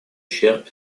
ущерб